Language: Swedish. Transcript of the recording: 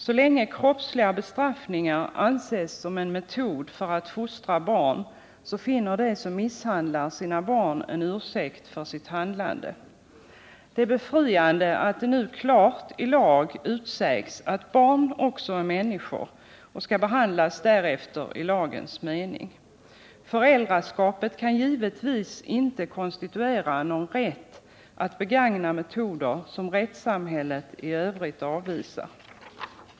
Så länge kroppsliga bestraffningar anses som en metod att fostra barn finner de som misshandlar sina barn en ursäkt för sitt handlande. Det är befriande att det nu klart i lag utsägs att barn också är människor och skall behandlas därefter i lagens mening. Föräldraskap kan givetvis inte konstituera någon rätt att begagna metoder som rättssamhället i övrigt avvisar.